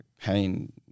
pain